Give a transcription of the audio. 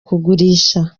kugurisha